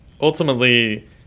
ultimately